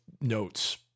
notes